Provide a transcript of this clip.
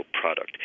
product